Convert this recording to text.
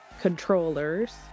controllers